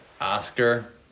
Oscar